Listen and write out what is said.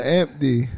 empty